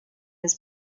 his